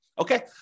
Okay